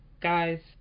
Guys